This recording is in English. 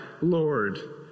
Lord